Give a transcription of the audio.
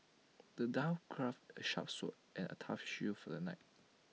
the dwarf crafted A sharp sword and A tough shield for the knight